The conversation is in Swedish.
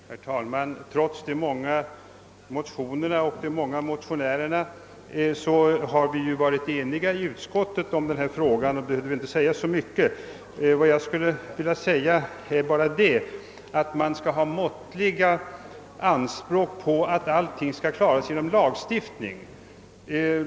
Herr talman! Trots de många motionerna och motionärerna har vi varit eniga i utskottet om denna fråga, och det behöver alltså inte sägas så mycket nu. Jag vill bara påpeka att man skall ha måttliga anspråk på att allting skall klaras genom lagstiftning.